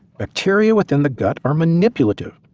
bacteria within the gut are manipulative.